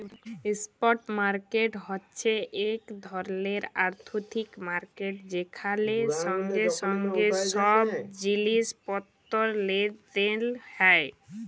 spot market হছে ইক ধরলের আথ্থিক মার্কেট যেখালে সঙ্গে সঙ্গে ছব জিলিস পত্তর লেলদেল হ্যয়